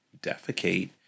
defecate